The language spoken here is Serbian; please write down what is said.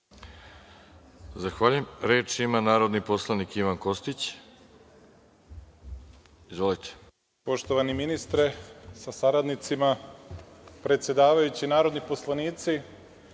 Zahvaljujem. Reč ima narodni poslanik Ivan Kostić. Izvolite. **Ivan Kostić** Poštovani ministre, sa saradnicima, predsedavajući, narodni poslanici,